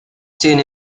sin